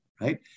right